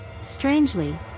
Strangely